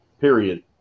period